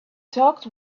talked